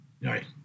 right